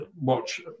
watch